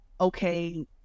okay